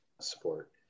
support